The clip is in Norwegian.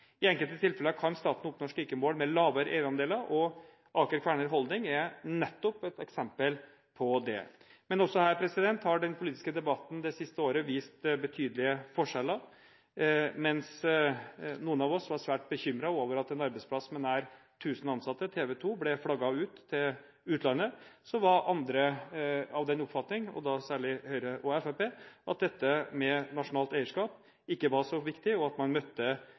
I enkelte tilfeller kan staten oppnå slike mål med lavere eierandeler, og Aker Kværner Holding er nettopp et eksempel på det. Men også her har den politiske debatten det siste året vist betydelige forskjeller. Mens noen av oss var svært bekymret over at en arbeidsplass med nær 1 000 ansatte – TV 2 – ble flagget ut til utlandet, var andre av den oppfatning, og da særlig Høyre og Fremskrittspartiet, at dette med nasjonalt eierskap ikke var så viktig, og man møtte